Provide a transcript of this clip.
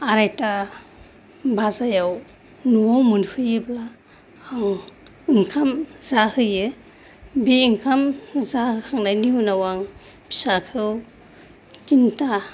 आरायथा बाजियाव न' मोनफैयोब्ला आं ओंखाम जाहोयो बे ओंखाम जाहोखांनायनि उनाव आं फिसाखौ थिनथा